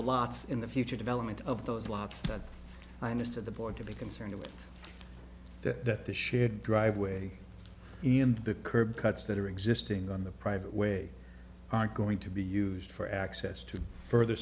e lots in the future development of those lots but i understood the board to be concerned that the shared driveway and the curb cuts that are existing on the private way aren't going to be used for access to further